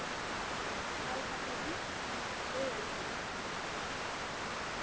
ᱠᱚᱞ ᱠᱟᱛᱮᱜ ᱵᱮᱱ ᱞᱟᱹᱭ ᱟ ᱞᱤᱧᱟ